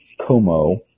Como